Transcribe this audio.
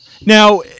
Now